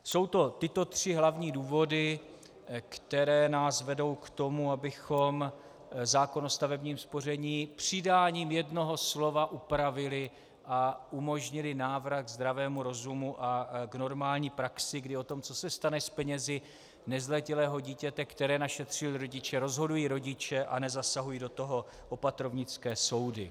Jsou to tyto tři hlavní důvody, které nás vedou k tomu, abychom zákon o stavebním spoření přidáním jednoho slova upravili a umožnili návrat k zdravému rozumu a k normální praxi, kdy o tom, co se stane s penězi nezletilého dítěte, které našetřili rodiče, rozhodují rodiče a nezasahují do toho opatrovnické soudy.